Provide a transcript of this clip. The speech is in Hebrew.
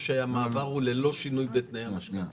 או שהמעבר הוא ללא שינוי בתנאי המשכנתא.